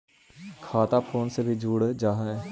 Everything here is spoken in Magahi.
खाता फोन से भी खुल जाहै?